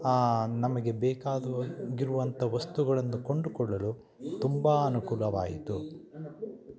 ನಮಗೆ ಬೇಕಾದು ಗಿರುವಂಥ ವಸ್ತುಗಳನ್ನು ಕೊಂಡುಕೊಳ್ಳಲು ತುಂಬ ಅನುಕೂಲವಾಯಿತು